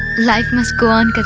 life must go on.